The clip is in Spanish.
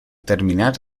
terminar